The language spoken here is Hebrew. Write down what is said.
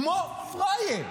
כמו פראייר.